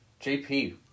JP